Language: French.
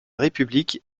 république